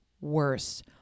worse